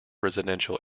residential